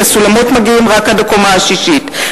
כי הסולמות מגיעים רק עד הקומה השישית,